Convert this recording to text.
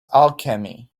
alchemy